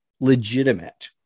legitimate